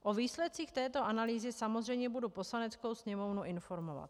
O výsledcích této analýzy samozřejmě budu Poslaneckou sněmovnu informovat.